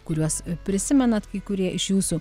kuriuos prisimenat kai kurie iš jūsų